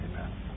Amen